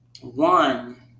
one